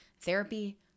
therapy